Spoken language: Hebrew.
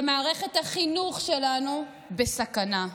ומערכת החינוך שלנו בסכנה.